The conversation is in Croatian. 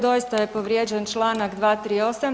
Doista je povrijeđen članak 238.